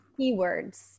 keywords